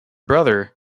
brother